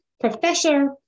Professor